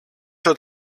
στο